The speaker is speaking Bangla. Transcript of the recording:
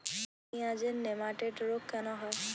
পেঁয়াজের নেমাটোড রোগ কেন হয়?